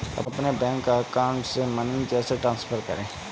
अपने bank account से money कैसे ट्रांसफर करें?